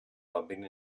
bumping